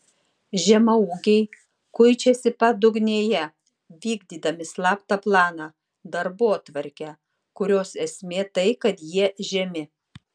žemaūgiai kuičiasi padugnėje vykdydami slaptą planą darbotvarkę kurios esmė tai kad jie žemi